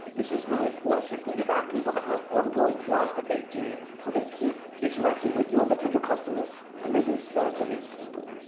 this is really important. so think about people that have ongoing work that they do where they keep interacting with your potential customers and they can sell to these people.